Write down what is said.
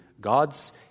gods